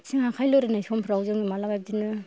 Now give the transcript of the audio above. आथिं आखाय लोरिनाय समफ्राव जों मालाबा बिदिनो